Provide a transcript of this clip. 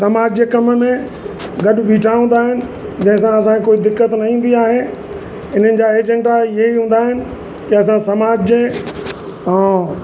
समाज जे कम में गॾ ॿीठा हूंदा आहिनि जंहिंसां असांखे कोई दिक़त न ईंदी आहे हिननि जा एजेंडा इहे ई हूंदा आहिनि की असां समाज जे ऐं